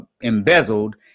embezzled